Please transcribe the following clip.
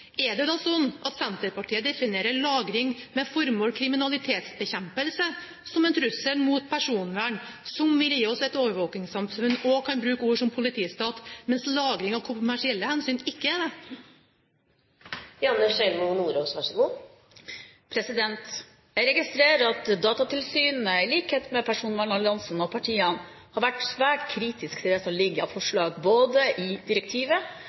Er det da sånn at Senterpartiet definerer lagring med formål kriminalitetsbekjempelse som en trussel mot personvern som vil gi oss et overvåkningssamfunn og en politistat, mens lagring av kommersielle hensyn ikke er det? Jeg registrerer at Datatilsynet, i likhet med personvernalliansen og partiene, har vært svært kritisk til det som ligger av forslag, både i direktivet